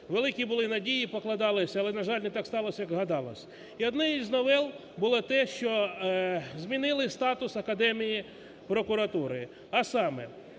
великі були надії покладались, але, на жаль, не так сталося, як гадалось. І однією з новел було те, що змінили статус академії прокуратури, а саме,